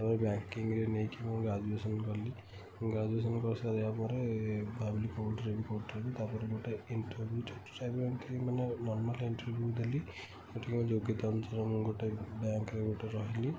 ଓ ବ୍ୟାଙ୍କିଙ୍ଗରେ ନେଇକି ମୁଁ ଗ୍ରାଜୁଏସନ୍ କଲି ଗ୍ରାଜୁଏସନ୍ କରି ସାରିବା ପରେ ଭାବିଲି କେଉଁଠି ରହିବି କେଉଁଠି ରହିବି ତା'ପରେ ଗୋଟେ ଇଣ୍ଟରଭ୍ୟୁ ଛୋଟ ନର୍ମାଲ୍ ଇଣ୍ଟରଭ୍ୟୁ ଦେଲି ସେଠି ମୋ ଯୋଗ୍ୟତା ଅନୁସାରେ ମୁଁ ଗୋଟେ ବ୍ୟାଙ୍କରେ ଗୋଟେ ରହିଲି